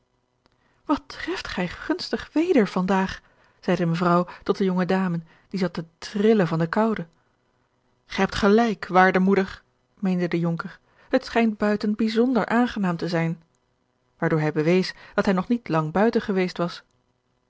wat treft gij gunstig weder van daag zeide mevrouw tot de jonge dame die zat te trillen van de koude gij hebt gelijk waarde moeder meende de jonker het schijnt buiten bijzonder aangenaam te zijn waardoor hij bewees dat hij nog niet lang buiten geweest was